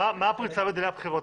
מה הפריצה בדיני הבחירות?